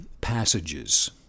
passages—